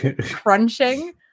crunching